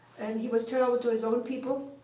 and he was terrible to his own people,